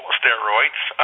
steroids